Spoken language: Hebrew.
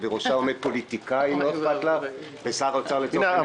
שבראשה עומד פוליטיקאי ושר אוצר לצורך העניין.